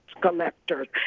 collectors